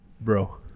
bro